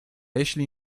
jeśli